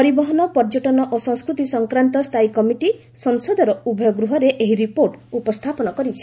ପରିବହନ ପର୍ଯ୍ୟଟନ ଓ ସଂସ୍କୃତି ସଂକ୍ରାନ୍ତ ସ୍ଥାୟୀ କମିଟି ସଂସଦର ଉଭୟ ଗୃହରେ ଏହି ରିପୋର୍ଟ ଉପସ୍ଥାପନ କରିଛନ୍ତି